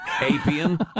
Apian